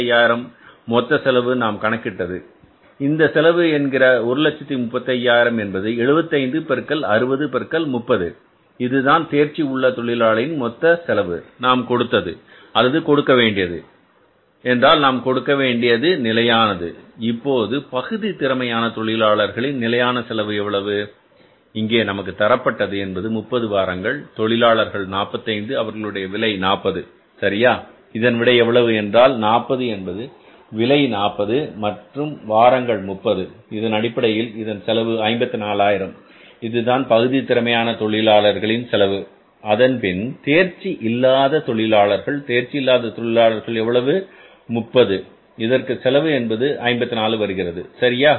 135000 மொத்த செலவு நாம் கணக்கிட்டது இந்த செலவு என்கிற 135000 என்பது 75 பெருக்கல் 60 பெருக்கல் 30 இதுதான் தேர்ச்சி உள்ள தொழிலாளியின் மொத்த செலவு நாம் கொடுத்தது அல்லது கொடுக்க வேண்டியது என்றால் நாம் கொடுக்க வேண்டியது நிலையானது இப்போது பகுதி திறமையான தொழிலாளர்களின் நிலையான செலவு எவ்வளவு இங்கே நமக்கு தரப்பட்டது என்பது 30 வாரங்கள் தொழிலாளர்கள் 45 அவர்களுடைய விலை 40 சரியா இதன் விடை எவ்வளவு என்றால் 40 என்பது விலை 40 மற்றும் வாரங்கள் 30 எனவே இதனடிப்படையில் இதன் செலவு 54000 இதுதான் பகுதி திறமையான தொழிலாளர்களின் செலவு அதன்பின் தேர்ச்சி இல்லாத தொழிலாளர்கள் தேர்ச்சி இல்லாத தொழிலாளர்கள் எவ்வளவு 30 இதற்கு செலவு என்பது 54000 வருகிறது சரியா